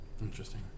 interesting